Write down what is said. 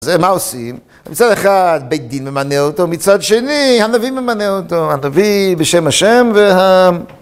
זה מה עושים? מצד אחד בית דין ממנה אותו, מצד שני הנביא ממנה אותו, הנביא בשם השם וה...